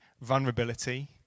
vulnerability